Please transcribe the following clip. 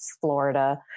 Florida